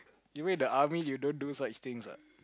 do it the army you don't do such thing ah